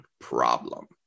problem